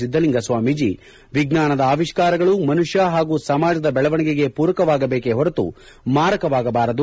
ಸಿದ್ದಲಿಂಗಸ್ವಾಮೀಜಿ ವಿಜ್ವಾನದ ಅವಿಷ್ಠಾರಗಳು ಮನುಷ್ಯ ಹಾಗೂ ಸಮಾಜದ ಬೆಳವಣಿಗೆಗೆ ಪೂರಕವಾಗಬೇಕೇ ಹೊರತು ಮಾರಕವಾಗಬಾರದು